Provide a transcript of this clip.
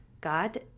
God